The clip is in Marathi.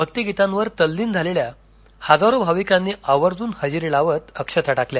भक्तिगीतांवर तल्लीन झालेल्या हजारो भाविकांनी अवर्जून हजेरी लावत अक्षता टाकल्या